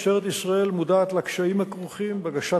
משטרת ישראל מודעת לקשיים הכרוכים בהגשת